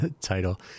title